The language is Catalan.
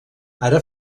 ara